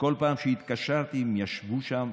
וכל פעם שהתקשרתי הם ישבו שם,